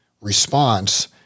Response